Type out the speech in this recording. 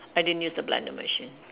I didn't use the blender machine